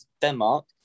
Denmark